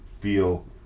feel